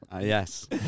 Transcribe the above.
Yes